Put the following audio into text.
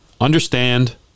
understand